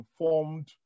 informed